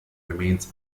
remains